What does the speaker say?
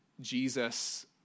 Jesus